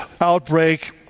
outbreak